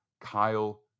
Kyle